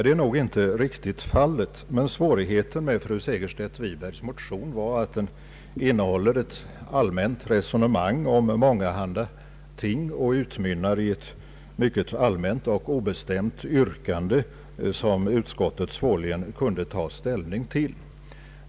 Det är nog inte riktigt fallet, men svårigheten med fru Segerstedt Wibergs motion är att den innehåller ett allmänt resonemang om mångahanda ting och utmynnar i ett mycket allmänt och obestämt yrkande som utskottet svårligen kunnat ta ställning till.